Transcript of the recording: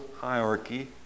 hierarchy